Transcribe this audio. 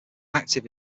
active